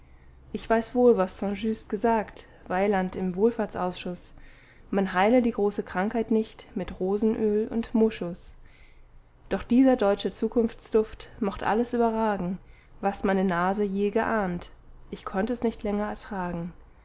ich weiß wohl was saint just gesagt weiland im wohlfahrtsausschuß man heile die große krankheit nicht mit rosenöl und moschus doch dieser deutsche zukunftsduft mocht alles überragen was meine nase je geahnt ich konnt es nicht länger ertragen